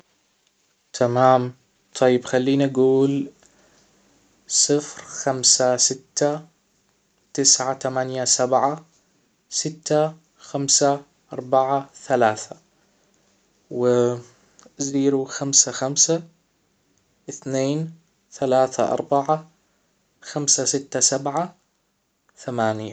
تمام, طيب خليني اجول صفر خمسة ستة تسعة تمانية سبعة ستة خمسة اربعة ثلاثة و زيرو خمسة خمسة اثنين ثلاثة اربعة خمسة ستة سبعة ثمانية